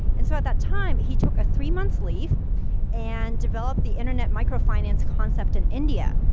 and so, at that time, he took a three month leave and developed the internet microfinance concept in india.